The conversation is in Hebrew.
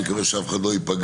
אני מקווה שאף אחד לא ייפגע,